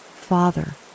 Father